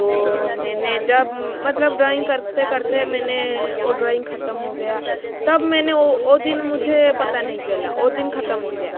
तो मैंने जब मतलब ड्रॉइंग करते करते मैंने ओ ड्रॉइंग खत्म हो गया तब मैंने ओ दिन मुझे पता नही चला ओ दिन खत्म हो गया